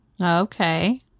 Okay